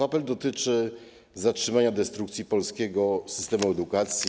Apel dotyczy zatrzymania destrukcji polskiego systemu edukacji.